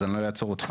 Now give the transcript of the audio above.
אז אני לא אעצור אותך.